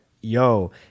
Yo